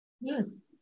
yes